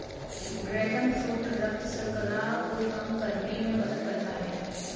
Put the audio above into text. dragon fruit रक्त शर्करा को कम करने में मदद करता है